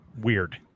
weird